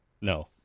No